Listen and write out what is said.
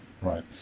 right